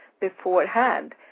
beforehand